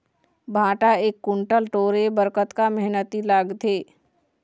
भांटा एक कुन्टल टोरे बर कतका मेहनती लागथे?